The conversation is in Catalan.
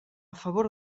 favor